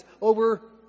over